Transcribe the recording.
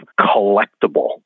collectible